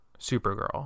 Supergirl